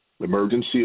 emergency